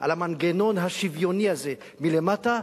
על המנגנון השוויוני הזה מלמטה,